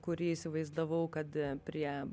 kurį įsivaizdavau kad prie